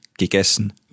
gegessen